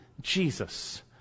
Jesus